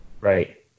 Right